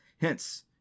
Hence